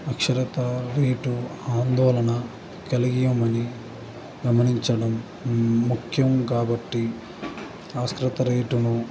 అక్షరాస్యత రేటు ఆందోళన కలిగాం అని గమనించడం ముఖ్యం కాబట్టి అక్షరాస్యత రేటును